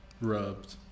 Rubbed